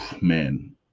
Man